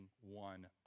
one